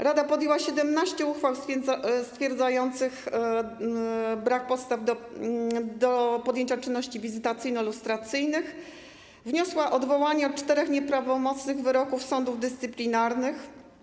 Rada podjęła 17 uchwał stwierdzających brak podstaw do podjęcia czynności wizytacyjno-lustracyjnych, wniosła odwołania czterech nieprawomocnych wyroków sądów dyscyplinarnych.